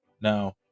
Now